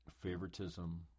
favoritism